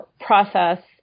process